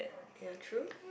ya true